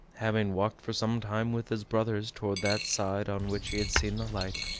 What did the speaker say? having walked for some time with his brothers toward that side on which he had seen the light,